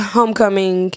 homecoming